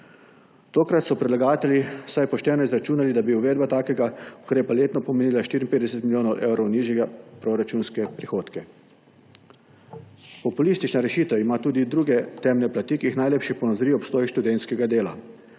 Tokrat so predlagatelji vsaj pošteno izračunali, da bi uvedba takega ukrepa letno pomenila 54 milijonov evrov nižje proračunske prihodke. Populistična rešitev ima tudi druge temne plati, ki jih najlepše ponazori obstoj študentskega dela.